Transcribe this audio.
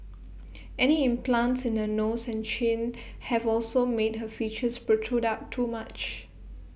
any implants in her nose and chin have also made her features protrude out too much